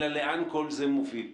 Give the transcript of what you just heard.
אלא לאן כל זה מוביל.